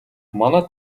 манай